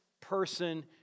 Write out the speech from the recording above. person